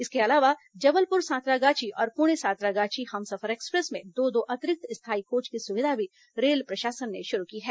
इसके अलावा जबलपुर सांतरागाछी और पुणे सांतरागाछी हमसफर एक्सप्रेस में दो दो अतिरिक्त स्थायी कोच की सुविधा भी रेल प्रशासन ने शुरू की है